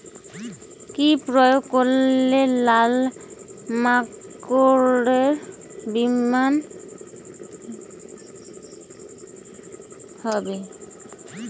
কি প্রয়োগ করলে লাল মাকড়ের বিনাশ হবে?